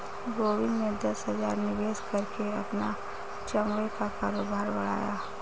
गोविंद ने दस हजार निवेश करके अपना चमड़े का कारोबार बढ़ाया